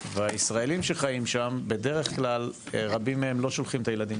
והישראלים שחיים שם רבים מהם לא שולחים את ילדיהם